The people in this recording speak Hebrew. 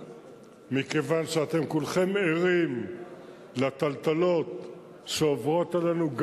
מכיוון שאתם כולכם ערים לטלטלות שעוברות עלינו,